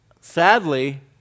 sadly